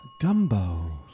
Dumbo